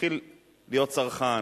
מתחיל להיות צרכן.